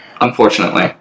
Unfortunately